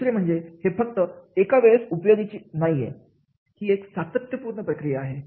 दुसरे म्हणजे हे फक्त एका वेळेस असून उपयोगाचे नाही ही एक सातत्य प्रक्रिया आहे